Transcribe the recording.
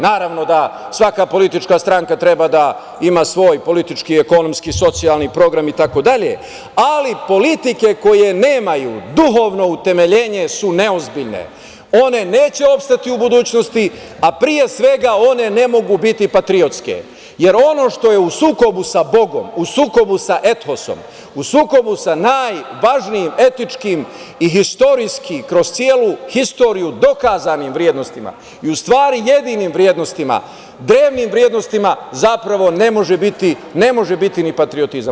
Naravno da svaka politička stranka treba da ima svoj politički, ekonomski i socijalni program itd, ali politike koje nemaju duhovno utemeljenje su neozbiljne, one neće opstati u budućnosti, a pre svega one ne mogu biti patriotske, jer ono što je u sukobu sa Bogom, u sukobu sa Etosom, u sukobu sa najvažnijim etičkim i historijski kroz celu historiju dokazanim vrednostima, u stvari jedinim vrednostima, drevnim vrednostima, zapravo ne može biti ni patriotizam.